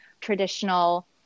traditional